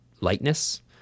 lightness